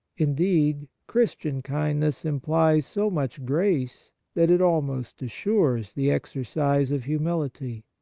indeed, christian kindness implies so much grace that it almost assures the exercise of humility.